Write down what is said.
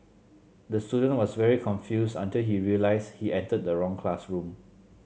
the student was very confused until he realised he entered the wrong classroom